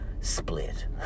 split